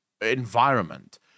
environment